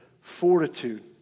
fortitude